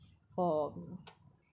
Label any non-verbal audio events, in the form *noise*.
for um *noise*